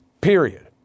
period